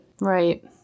Right